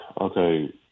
okay